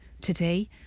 today